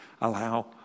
allow